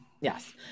Yes